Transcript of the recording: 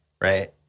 right